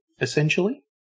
essentially